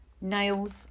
nails